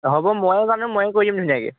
হ'ব ময়ে জানো ময়ে কৰি দিম ধুনীয়াকে